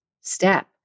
step